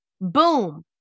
Boom